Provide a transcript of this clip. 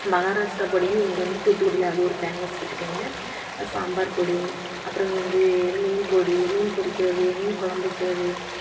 மகாராஷ்ட்ரா பொடின்னு இங்கே வந்து தூத்துக்குடியில் அது ஒரு பேமஸ் பார்த்துக்கோங்க சாம்பார் பொடி அப்புறம் வந்து மீன் பொடி மீன் பொரிக்கின்றது மீன் கொழம்பு வைக்கின்றது